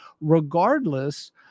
regardless